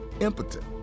impotent